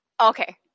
Okay